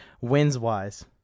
wins-wise